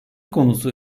konusu